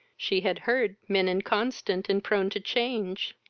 she had heard men inconstant and prone to change.